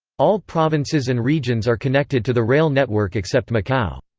all provinces and regions are connected to the rail network except macau.